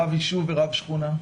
רב יישוב ורב שכונה?